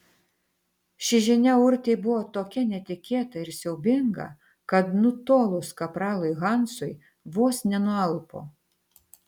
ši žinia urtei buvo tokia netikėta ir siaubinga kad nutolus kapralui hansui vos nenualpo